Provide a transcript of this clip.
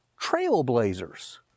Trailblazers